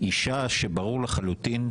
אישה שברור לחלוטין,